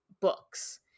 books